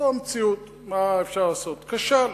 זאת המציאות, מה אפשר לעשות, כשל.